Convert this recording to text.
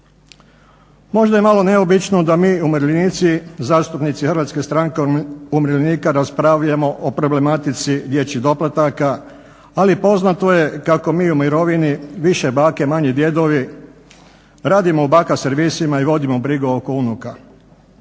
Možda je malo neobično da mi umirovljenici, zastupnici HSU-a raspravljamo o problematici dječjih doplataka, ali poznato je kako mi u mirovini više bake, manje djedovi radimo u baka servisima i vodimo brigu oko unuka.